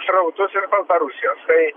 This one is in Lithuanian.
srautus iš baltarusijos tai